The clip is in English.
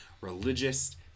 religious